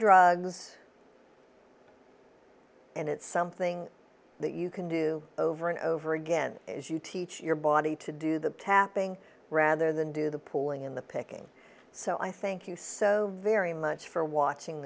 drugs and it's something that you can do over and over again as you teach your body to do the tapping rather than do the pulling in the picking so i thank you so very much for watching